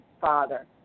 Father